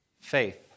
faith